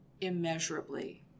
immeasurably